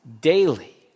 daily